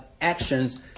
actions